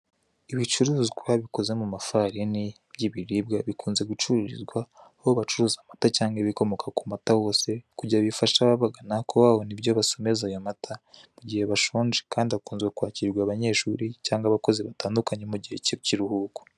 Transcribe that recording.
Ibicuruzwa bikoze mu mafarini, by'ibiribwa, bikunze gucururizwa aho bacuruza amata cyangwa ibikomoka ku mata hose, kigira bifashe ababagana kuba babona ibyo basomeza ayo mata , mu gihe bashonje, kandi hakunzwe kwakirirwa abanyeshuri cyangwa abakozi batandukanye mu gihe cy'ikiruhuko.